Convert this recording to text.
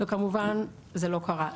וכמובן זה לא קרה.